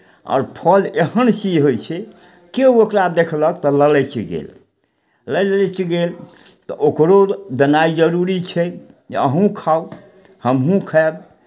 आओर फल एहन चीज होइ छै केओ ओकरा देखलक तऽ ललचि गेल ललचि गेल तऽ ओकरो देनाइ जरूरी छै जे अहूँ खाउ हमहूँ खायब